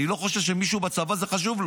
אני לא חושב שלמישהו בצבא זה חשוב,